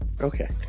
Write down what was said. Okay